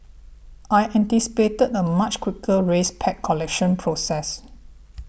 I anticipated a much quicker race pack collection process